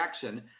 Jackson